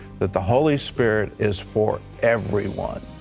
that the holy spirit is for everyone.